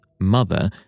Mother